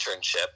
internship